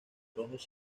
rojos